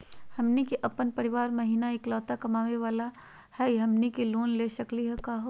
हमनी के अपन परीवार महिना एकलौता कमावे वाला हई, हमनी के लोन ले सकली का हो?